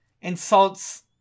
insults